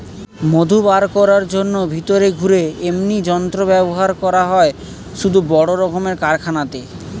মধু বার কোরার জন্যে ভিতরে ঘুরে এমনি যন্ত্র ব্যাভার করা হয় শুধু বড় রক্মের কারখানাতে